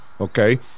okay